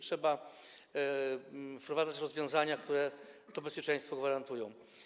Trzeba wprowadzać rozwiązania, które to bezpieczeństwo gwarantują.